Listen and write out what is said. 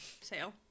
sale